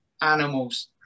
animals